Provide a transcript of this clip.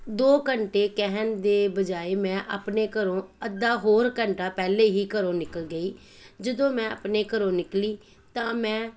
ਦੋ ਘੰਟੇ ਕਹਿਣ ਦੇ ਬਜਾਏ ਮੈਂ ਆਪਣੇ ਘਰੋਂ ਅੱਧਾ ਹੋਰ ਘੰਟਾ ਪਹਿਲਾਂ ਹੀ ਘਰੋਂ ਨਿਕਲ ਗਈ ਜਦੋਂ ਮੈਂ ਆਪਣੇ ਘਰੋਂ ਨਿਕਲੀ ਤਾਂ ਮੈਂ